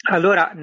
Allora